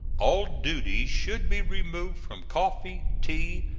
all duty should be removed from coffee, tea,